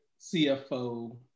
CFO